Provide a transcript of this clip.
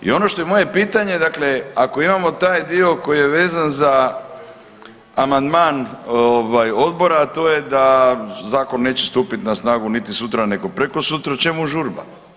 I ono što je moje pitanje, dakle ako imamo taj dio koji je vezan za amandman odbora, a to je da zakon neće stupiti na snagu niti sutra, nego prekosutra čemu žurba.